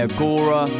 Agora